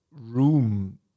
room